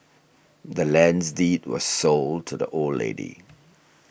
the land's deed was sold to the old lady